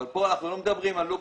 אבל פה אנחנו לא מדברים על לוקסוס,